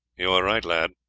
you are right, lad.